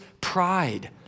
pride